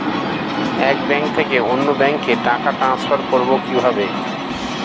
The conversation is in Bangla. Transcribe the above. এক ব্যাংক থেকে অন্য ব্যাংকে টাকা ট্রান্সফার করবো কিভাবে?